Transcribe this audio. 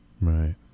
Right